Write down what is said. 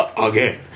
Again